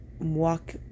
walk